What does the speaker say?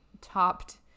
topped